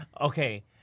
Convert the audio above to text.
Okay